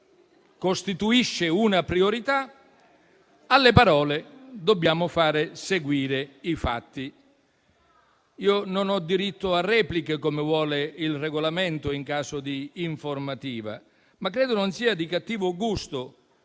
costituisce una priorità, alle parole dobbiamo far seguire i fatti. Non ho diritto a repliche, come vuole il Regolamento in caso di informativa, ma credo non sia di cattivo gusto